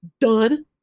done